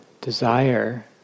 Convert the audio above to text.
desire